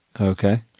Okay